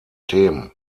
themen